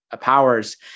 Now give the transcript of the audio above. powers